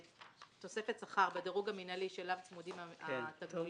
תוספת שכר בדירוג המינהלי שאליו צמודים התגמולים.